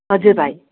हजुर भाइ